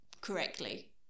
correctly